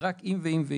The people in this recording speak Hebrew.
רק אם ואם.